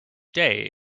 day